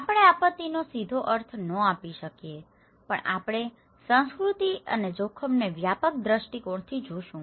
આપણે આપત્તિનો સીધો અર્થ ન આપી શકીએ પણ આપણે સંસ્કૃતિ અને જોખમને વ્યાપક દ્રષ્ટિકોણથી જોશું